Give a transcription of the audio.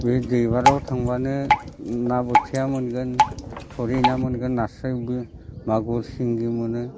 बे दैबाराव थांबानो ना बोथिया मोनगोन थुरि ना मोनगोन नास्रायबो मागुर सिंगिबो मोनो